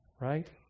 Right